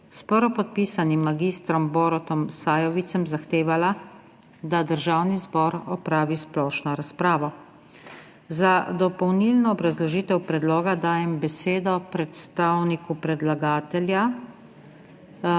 s prvopodpisanim mag. Borutom Sajovicem zahtevala, da Državni zbor opravi splošno razpravo. Za dopolnilno obrazložitev predloga dajem besedo predstavniku predlagatelja,